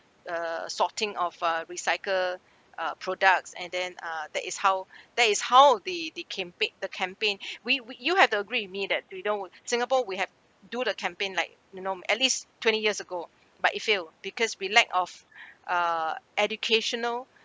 uh sorting of uh recycle uh products and then uh that is how that is how the the campaign the campaign we we you have to agree with me that we're doing singapore we have do the campaign like you know at least twenty years ago but it fail because we lack of uh educational